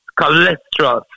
cholesterol